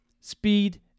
speed